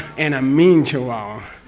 and a mean chihuahua!